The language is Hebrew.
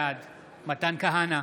בעד מתן כהנא,